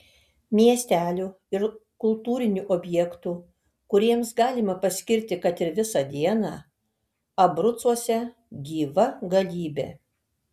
miestelių ir kultūrinių objektų kuriems galima paskirti kad ir visą dieną abrucuose gyva galybė